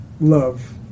love